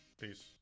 Peace